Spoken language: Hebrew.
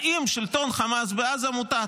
האם שלטון חמאס בעזה מוטט?